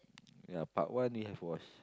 ya part one we have watch